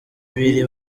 ibiri